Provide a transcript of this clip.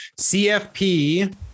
CFP